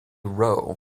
rowe